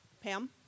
Pam